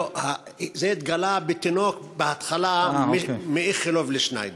לא, זה התגלה בתינוק, בהתחלה, מאיכילוב לשניידר.